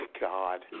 God